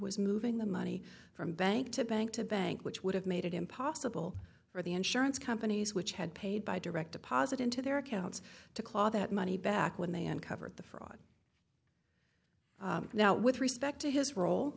was moving the money from bank to bank to bank which would have made it impossible for the insurance companies which had paid by direct deposit into their accounts to claw that money back when they uncovered the fraud now with respect to his role